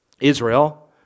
Israel